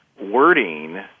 wording